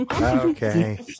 okay